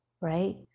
right